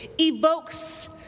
evokes